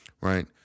right